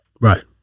Right